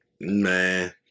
Man